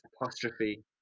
apostrophe